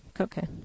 Okay